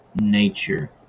nature